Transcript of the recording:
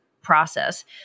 Process